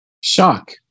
shock